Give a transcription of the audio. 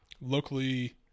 locally